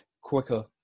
quicker